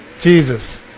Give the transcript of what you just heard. Jesus